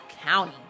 County